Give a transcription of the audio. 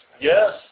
Yes